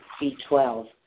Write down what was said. B12